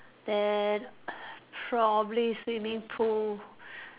then probably swimming pool